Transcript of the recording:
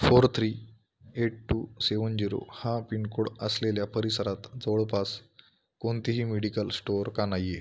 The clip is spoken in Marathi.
four three eight two seven zero हा पिनकोड असलेल्या परिसरात जवळपास कोणतेही मेडिकल स्टोअर का नाही आहे